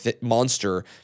monster